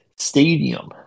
Stadium